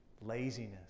laziness